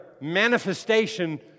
manifestation